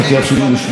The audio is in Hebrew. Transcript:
אני חושב שזה לא נכון,